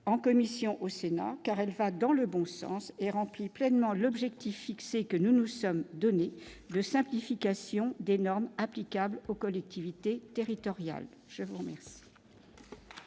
en commission au Sénat, car elle va dans le bon au sens et remplit pleinement l'objectif fixé, que nous nous sommes donnés de simplification des normes applicables aux collectivités territoriales, je vous remercie.